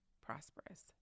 prosperous